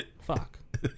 Fuck